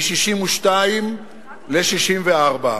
מ-62 ל-64.